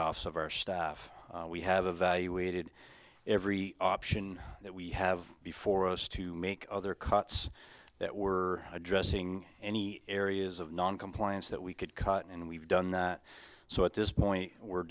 offs of our staff we have evaluated every option that we have before us to make other cuts that we're addressing any areas of noncompliance that we could cut and we've done so at this point we're